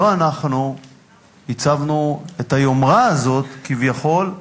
לא אנחנו הצבנו את היומרה הזו, כביכול,